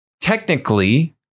technically